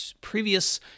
previous